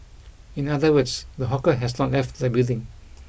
in other words the hawker has not left the building